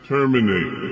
Terminate